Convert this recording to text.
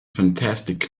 fantastic